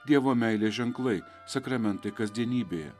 dievo meilės ženklai sakramentai kasdienybėje